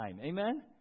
amen